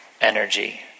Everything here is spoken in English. energy